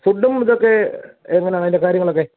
ഫുഡും ഇതൊക്കെ എങ്ങനെയാണ് അതിൻറെ കാര്യങ്ങളൊക്കെ